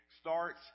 starts